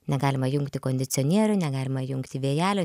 negalima jungti kondicionierių negalima jungti vėjelio